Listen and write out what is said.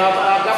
ועדת הכספים.